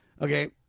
Okay